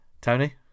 Tony